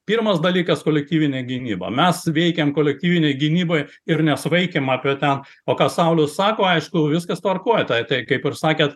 pirmas dalykas kolektyvinė gynyba mes veikiam kolektyvinei gynybai ir nesvaikim apie ten o ką saulius sako aišku viskas tvarkoj tai taip kaip ir sakėt